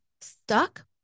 stuck